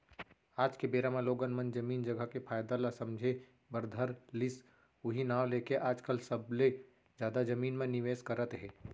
आज के बेरा म लोगन मन जमीन जघा के फायदा ल समझे बर धर लिस उहीं नांव लेके आजकल सबले जादा जमीन म निवेस करत हे